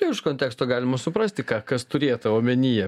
iš konteksto galima suprasti ką kas turėta omenyje